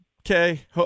okay